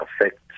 affects